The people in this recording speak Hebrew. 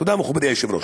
תודה, מכובדי היושב-ראש.